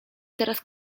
teraz